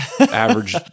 average